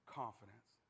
confidence